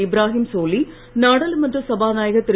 இப்ராஹீம் சோலி நாடாளுமன்ற சபாநாயகர் திரு